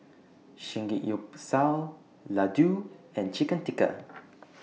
Samgeyopsal Ladoo and Chicken Tikka